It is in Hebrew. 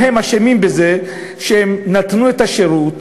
מה הם אשמים בזה שהם נתנו את השירות